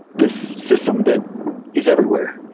this system that is everywhere.